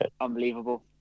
Unbelievable